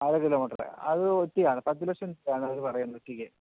അര കിലോമീറ്ററ് അത് ഒറ്റിയാണ് പത്ത് ലക്ഷം ആണ് അവർ പറയുന്നത് ഒറ്റിയ്ക്ക്